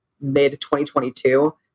mid-2022